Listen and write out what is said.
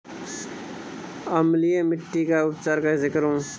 अम्लीय मिट्टी का उपचार कैसे करूँ?